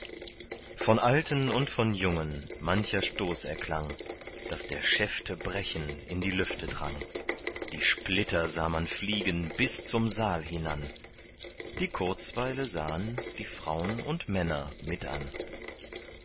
von alten und von jungen mancher stoß erklang daß der schäfte brechen in die lüfte drang die splitter sah man fliegen bis zum saal hinan die kurzweile sahen die fraun und männer mit an